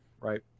right